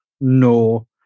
no